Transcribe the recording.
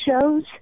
shows